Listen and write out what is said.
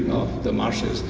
the marshes.